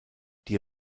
die